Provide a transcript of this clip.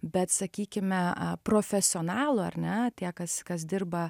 bet sakykime a profesionalų ar ne tie kas kas dirba